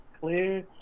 clear